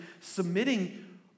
submitting